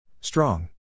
Strong